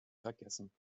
vergessen